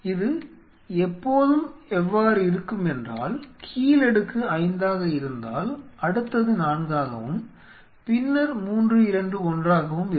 இது எப்போதும் எவ்வாறு இருக்கும் என்றால் கீழ் அடுக்கு 5 ஆக இருந்தால் அடுத்தது 4 ஆகவும் பின்னர் 3 2 1 ஆகவும் இருக்கும்